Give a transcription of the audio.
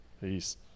Peace